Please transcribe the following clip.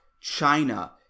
China